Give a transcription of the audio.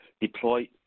deploy